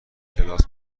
کلاس